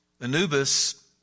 Anubis